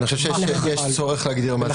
אני חושב שיש צורך להגיד גם מה זה הכול.